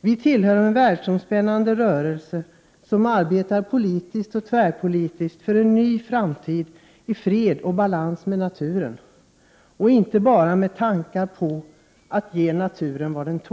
Vi tillhör en världsomspännande rörelse, som arbetar politiskt och tvärpolitiskt för en ny framtid i fred och i balans med naturen, och inte bara med tankar på att ge naturen vad den tål.